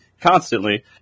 constantly